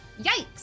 Yikes